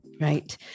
Right